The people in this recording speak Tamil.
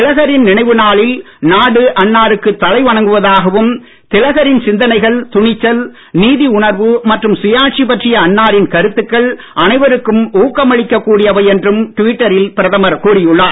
திலகரின் நினைவு நாளில் நாடு அன்னாருக்கு தலை வணங்குவதாகவும் திலகரின் சிந்தனைகள் துணிச்சல் நீதி உணர்வு மற்றும் சுயாட்சி பற்றிய அன்னாரின் கருத்துக்கள் அனைவருக்கும் ஊக்கமளிக்கக் கூடியவை என்றும் ட்விட்டரில் பிரதமர் கூறியுள்ளார்